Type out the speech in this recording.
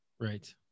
Right